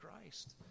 Christ